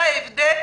זה ההבדל.